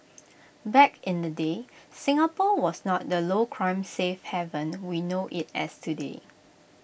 back in the day Singapore was not the low crime safe haven we know IT as today